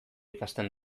ikasten